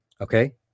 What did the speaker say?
okay